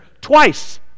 Twice